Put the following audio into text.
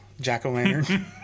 Jack-O-Lantern